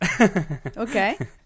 Okay